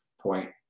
point